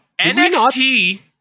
NXT